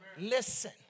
Listen